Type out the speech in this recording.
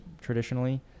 traditionally